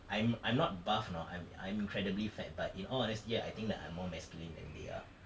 I'm I'm not buff you know I'm I'm incredibly fat but in all honesty I think that I'm more mescaline than they are